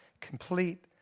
complete